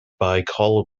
baikal